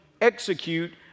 execute